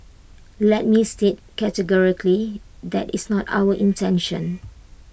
let me state categorically that is not our intention